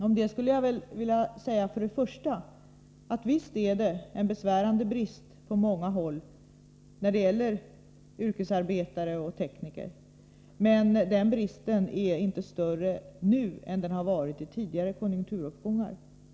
Visst har vi på många håll en besvärande brist på yrkesarbetare och tekniker, men den bristen är inte större nu än den har varit i tidigare konjunkturuppgångar.